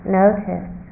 notice